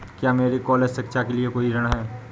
क्या मेरे कॉलेज शिक्षा के लिए कोई ऋण है?